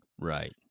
Right